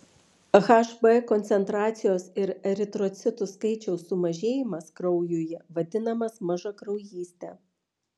hb koncentracijos ir eritrocitų skaičiaus sumažėjimas kraujuje vadinamas mažakraujyste